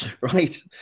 Right